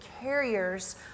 carriers